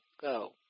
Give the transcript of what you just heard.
go